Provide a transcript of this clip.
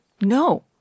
No